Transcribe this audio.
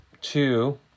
two